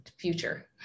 future